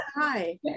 hi